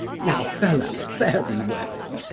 now, fellow, fare thee well.